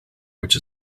which